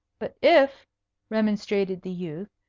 but if remonstrated the youth,